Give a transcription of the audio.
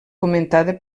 comentada